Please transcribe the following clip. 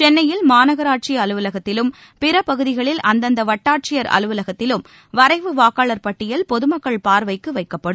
சென்னையில் மாநகராட்சி அலுவலகத்திலும் பிற பகுதிகளில் அந்தந்த வட்டாட்சியர் அலுவலகத்திலும் வரைவு வாக்காளர் பட்டியல் பொது மக்கள் பார்வைக்கு வைக்கப்படும்